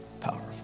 powerful